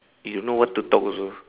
you don't know what to talk also